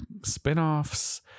spinoffs